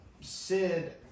Sid